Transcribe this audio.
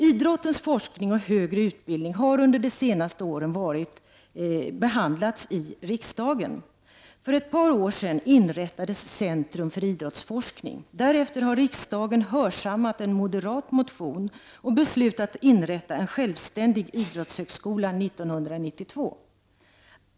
Idrottens forskning och högre utbildning har under de senaste åren behandlats i riksdagen. För ett par år sedan inrättades Centrum för idrottsforskning. Därefter har riksdagen hörsammat en moderat motion och beslutat att inrätta en självständig idrottshögskola 1992. .